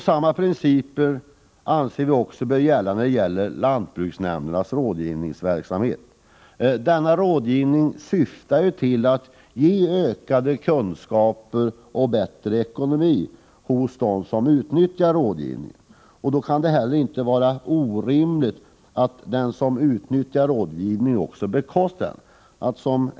Samma principer anser vi också bör gälla lantbruksnämndernas rådgivningsverksamhet. Denna rådgivning syftar till att ge ökade kunskaper och bättre ekonomi för dem som utnyttjar rådgivningen. Då kan det inte heller vara orimligt att den som utnyttjar rådgivningen också bekostar den.